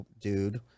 dude